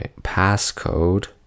passcode